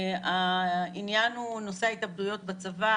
העניין הוא נושא ההתאבדויות בצבא,